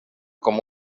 com